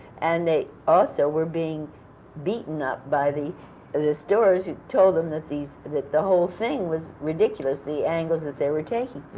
and they also were being beaten up by the and the stores, who told them that these that the whole thing was ridiculous, the angles that they were taking.